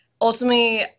ultimately